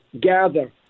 gather